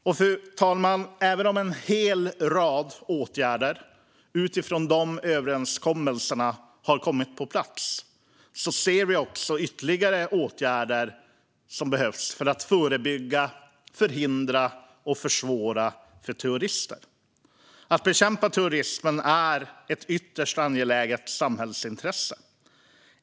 Fru talman! Även om en hel rad åtgärder har kommit på plats utifrån de överenskommelserna ser vi att också ytterligare åtgärder behövs just för att förebygga, förhindra och försvåra för terrorister. Att bekämpa terrorismen är ett ytterst angeläget samhällsintresse.